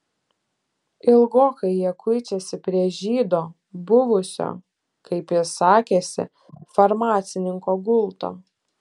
ilgokai jie kuičiasi prie žydo buvusio kaip jis sakėsi farmacininko gulto